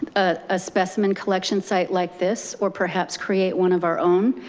a specimen collection site like this or perhaps create one of our own,